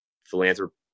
philanthropy